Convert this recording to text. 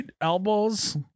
elbows